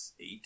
eight